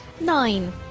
Nine